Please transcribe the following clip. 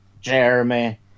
Jeremy